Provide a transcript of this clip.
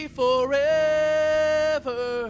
forever